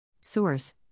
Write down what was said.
Source